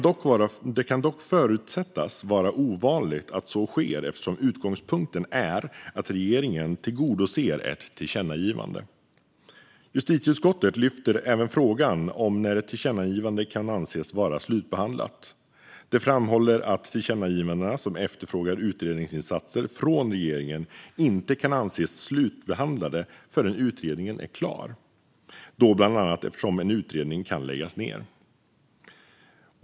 Det kan dock förutsättas vara ovanligt att så sker eftersom utgångspunkten är att regeringen tillgodoser ett tillkännagivande. Justitieutskottet lyfter även frågan om när ett tillkännagivande kan anses vara slutbehandlat. Det framhåller att tillkännagivanden som efterfrågar utredningsinsatser från regeringen inte kan anses vara slutbehandlade förrän utredningen är klar, bland annat eftersom en utredning kan läggas ned.